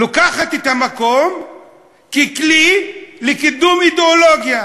לוקחת את המקום ככלי לקידום אידיאולוגיה.